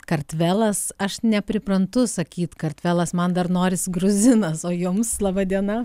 kartvelas aš nepriprantu sakyt kartvelas man dar noris gruzinas o jums laba diena